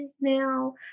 now